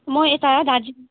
म यता दार्जिलिङ